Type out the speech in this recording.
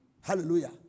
Hallelujah